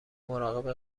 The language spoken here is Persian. مراقب